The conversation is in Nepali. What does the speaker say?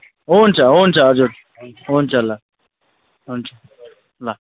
हुन्छ हुन्छ हजुर हुन्छ ल हुन्छ ल